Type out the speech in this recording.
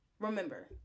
Remember